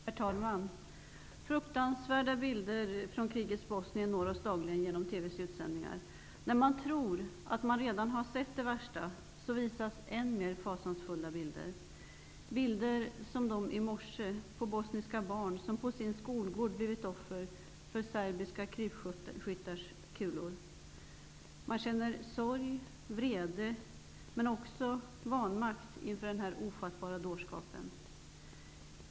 Herr talman! Fruktansvärda bilder från krigets Bosnien når oss dagligen genom TV:s utsändningar. När man tror att man redan har sett det värsta, visas än mer fasansfulla bilder. Det är bilder som de som visades i morse på bosniska barn som på sin skolgård blivit offer för serbiska krypskyttars kulor. Man känner sorg och vrede, men också vanmakt inför den här ofattbara dårskapen.